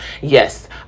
yes